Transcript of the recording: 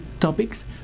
topics